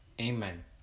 amen